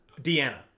Deanna